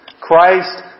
Christ